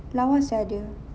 lawa sia dia